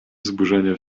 wzburzenie